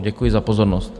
Děkuji za pozornost.